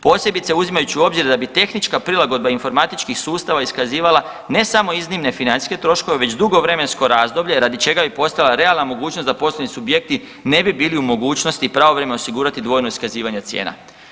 Posebice uzimajući u obzir da bi tehnička prilagodba informatičkih sustava iskazivala ne samo iznimne financijske troškove, već dugo vremensko razdoblje radi čega bi postojala realna mogućnost da poslovni subjekti ne bi bili u mogućnosti pravovremeno osigurati dvojno iskazivanje cijena.